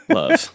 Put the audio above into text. love